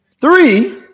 Three